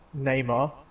Neymar